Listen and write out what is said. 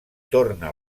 torna